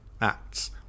acts